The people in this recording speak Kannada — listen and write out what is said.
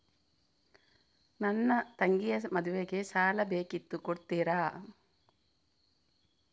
ನನ್ನ ತಂಗಿಯ ಮದ್ವೆಗೆ ಸಾಲ ಬೇಕಿತ್ತು ಕೊಡ್ತೀರಾ?